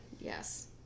Yes